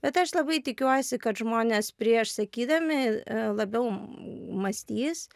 bet aš labai tikiuosi kad žmonės prieš sakydami labiau mąstys